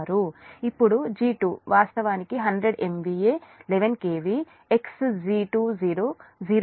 ఇప్పుడు G2 వాస్తవానికి 100 MVA 11 KV Xg20 0